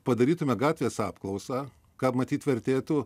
padarytume gatvės apklausą ką matyt vertėtų